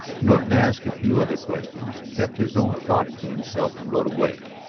norton asked a few other questions, kept his own thoughts to himself, and rode away.